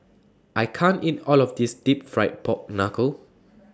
I can't eat All of This Deep Fried Pork Knuckle